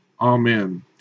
Amen